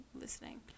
listening